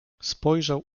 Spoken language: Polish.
spojrzał